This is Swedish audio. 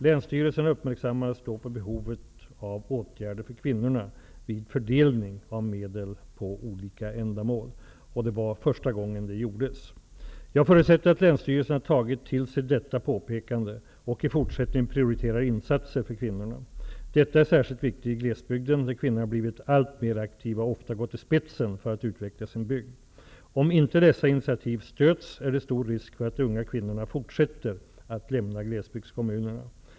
Länsstyrelserna uppmärksammades då på behovet av åtgärder för kvinnorna vid fördelning av medel på olika ändamål. Det var första gången det gjordes. Jag förutsätter att länsstyrelserna tagit till sig detta påpekande och i fortsättningen prioriterar insatser för kvinnorna. Detta är särskilt viktigt i glesbygden, där kvinnorna blivit alltmer aktiva och ofta gått i spetsen för att utveckla sin bygd. Om inte dessa initiativ stöds är det stor risk för att de unga kvinnorna fortsätter att lämna glesbygdskommunerna.